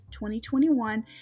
2021